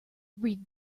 read